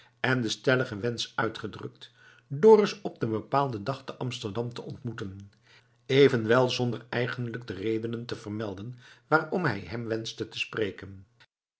en den stelligen wensch uitgedrukt dorus op den bepaalden dag te amsterdam te ontmoeten evenwel zonder eigenlijk de redenen te vermelden waarom hij hem wenschte te spreken